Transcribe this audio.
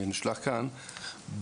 שנשלחו לכאן,